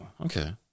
okay